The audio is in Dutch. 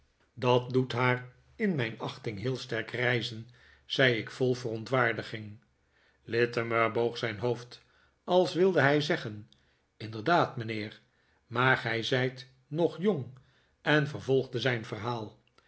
dat doet haar in mijn achting heel sterk rijzen zei ik vol verontwaardiging littimer boog zijn hoofd als wilde hij zeggen inderdaad mijnheer maar gij zijt nog jong en vervolgde zijn verhaal